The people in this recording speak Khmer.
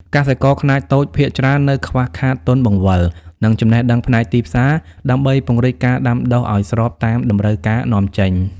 កសិករខ្នាតតូចភាគច្រើននៅខ្វះខាតទុនបង្វិល និងចំណេះដឹងផ្នែកទីផ្សារ ដើម្បីពង្រីកការដាំដុះឱ្យស្របតាមតម្រូវការនាំចេញ។